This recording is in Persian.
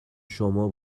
شما